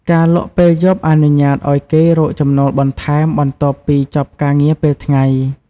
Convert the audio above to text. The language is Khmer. ការលក់ពេលយប់អនុញ្ញាតឱ្យគេរកចំណូលបន្ថែម បន្ទាប់ពីចប់ការងារពេលថ្ងៃ។